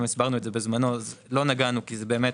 הסברנו את זה בזמנו לא נגענו כי זה באמת